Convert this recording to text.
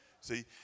See